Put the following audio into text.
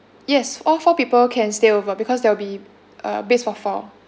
yes all four people can stay over because there'll be uh beds for four